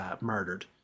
murdered